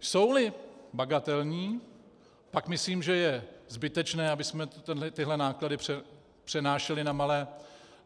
Jsouli bagatelní, pak myslím, že je zbytečné, abychom tyhle náklady přenášeli